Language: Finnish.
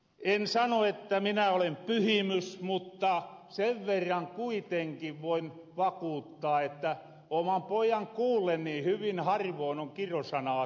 en sano että minä olen pyhimys mutta sen verran kuitenkin voin vakuuttaa että oman pojan kuullen hyvin harvoon on kirosanaa tullu